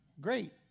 Great